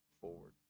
forward